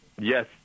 Yes